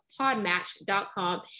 PodMatch.com